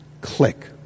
Click